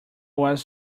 was